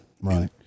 right